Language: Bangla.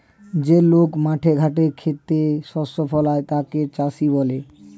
যে লোক মাঠে ঘাটে খেতে শস্য ফলায় তাকে চাষী বলা হয়